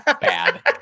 Bad